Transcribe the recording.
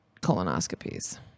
colonoscopies